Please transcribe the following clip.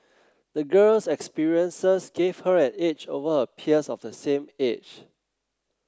the girl's experiences gave her an edge over her peers of the same age